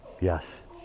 Yes